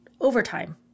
overtime